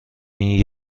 این